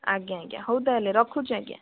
ଆଜ୍ଞା ଆଜ୍ଞା ହଉ ତା' ହେଲେ ରଖୁଛି ଆଜ୍ଞା